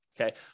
Okay